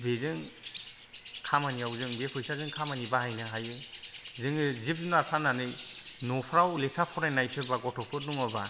बेजों खामानियाव जों बे फैसाजों खामानि बाहायनो हायो जोङो जिब जुनाद फाननानै नफ्राव लेखा फरायनाय सोरबा गथ'फोर दङब्ला